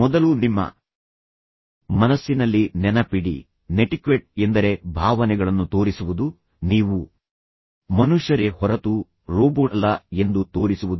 ಮೊದಲು ನಿಮ್ಮ ಮನಸ್ಸಿನಲ್ಲಿ ನೆನಪಿಡಿ ನೆಟಿಕ್ವೆಟ್ ಎಂದರೆ ಭಾವನೆಗಳನ್ನು ತೋರಿಸುವುದು ನೀವು ಮನುಷ್ಯರೇ ಹೊರತು ರೋಬೋಟ್ ಅಲ್ಲ ಎಂದು ತೋರಿಸುವುದು